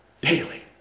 daily